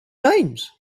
names